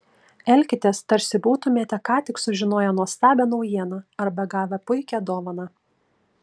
elkitės tarsi būtumėte ką tik sužinoję nuostabią naujieną arba gavę puikią dovaną